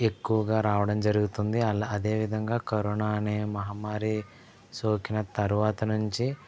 ఎక్కువగా రావడం జరుగుతుంది అల అదేవిదంగా కరోనా అనే మహమ్మారి సోకిన తరువాత నుంచి